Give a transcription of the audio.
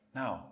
now